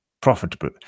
profitable